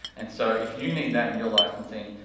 and so if you need that in your licensing,